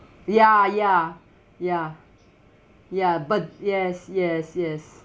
ya ya ya ya but yes yes yes